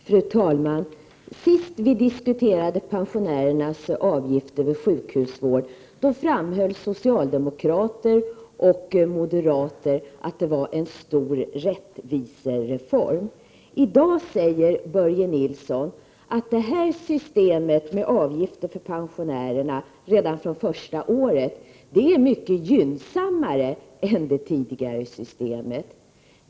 Fru talman! Senast när vi diskuterade pensionärernas avgifter för sjukhusvård framhöll socialdemokrater och moderater att det var en stor rättvisereform. I dag säger Börje Nilsson att systemet med avgifter för pensionärerna redan från första året är mycket gynnsammare än det tidigare systemet.